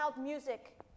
music